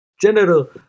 General